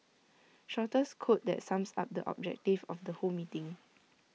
shortest quote that sums up the objective of the whole meeting